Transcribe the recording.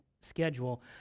schedule